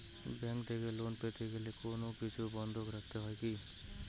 Bank থেকে loan পেতে গেলে কোনো কিছু বন্ধক রাখতে হয় কি?